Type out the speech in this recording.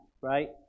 right